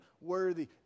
worthy